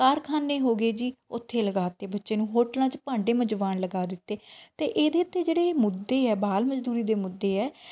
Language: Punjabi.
ਕਾਰਖਾਨੇ ਹੋਗੇ ਜੀ ਉੱਥੇ ਲਗਾ ਤੇ ਬੱਚੇ ਨੂੰ ਹੋਟਲਾਂ 'ਚ ਭਾਂਡੇ ਮਜਵਾਣ ਲਗਾ ਦਿੱਤੇ ਅਤੇ ਇਹਦੇ 'ਤੇ ਜਿਹੜੇ ਮੁੱਦੇ ਆ ਬਾਲ ਮਜ਼ਦੂਰੀ ਦੇ ਮੁੱਦੇ ਹੈ